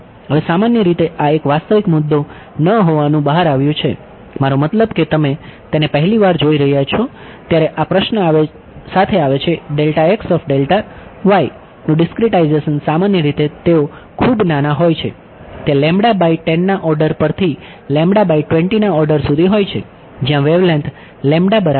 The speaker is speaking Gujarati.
હવે સામાન્ય રીતે આ એક વાસ્તવિક મુદ્દો ન હોવાનું બહાર આવ્યું છે મારો મતલબ કે તમે તેને પહેલી વાર જોઈ રહ્યા છો ત્યારે આ પ્રશ્ન સાથે આવે છે નું ડીસ્ક્રીટાઇઝેશન સામાન્ય રીતે તેઓ ખૂબ નાના હોય છે ત્યાં લેમ્બડા લેમ્બડા બરાબર છે